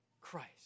Christ